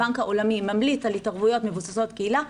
הבנק העולמי ממליץ על התערבויות מבוססות קהילה,